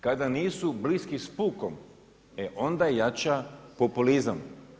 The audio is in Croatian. Kada nisu bliski sa pukom, e onda jača populizam.